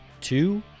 two